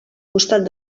costat